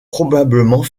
probablement